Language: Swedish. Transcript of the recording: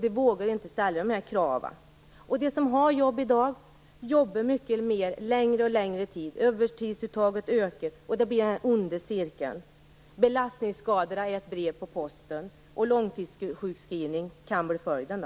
De som i dag har jobb arbetar mer under längre tid. Övertidsuttaget ökar. Det blir en ond cirkel. Belastningsskador kommer som ett brev på posten. Långtidssjukskrivning kan bli följden.